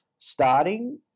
starting